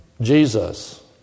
Jesus